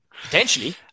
potentially